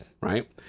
right